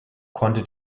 konnte